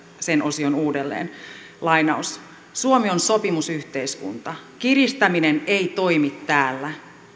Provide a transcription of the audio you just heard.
sen osion uudelleen suomi on sopimusyhteiskunta ei kiristäminen toimi täällä